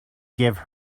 give